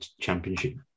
championship